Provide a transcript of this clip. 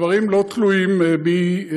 הדברים לא תלויים בי,